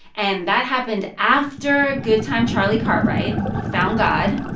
and that happened after good time charlie cartwright found god,